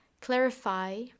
clarify